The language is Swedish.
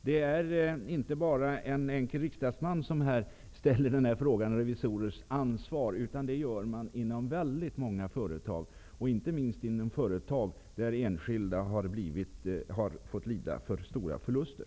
Det är inte bara jag som enskild riksdagsman som här ställer frågan om revisorers ansvar utan det gör man inom väldigt många företag, inte minst inom företag där enskilda personer har fått lida stora förluster.